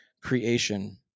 creation